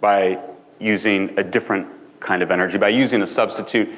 by using a different kind of energy, by using a substitute.